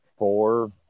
four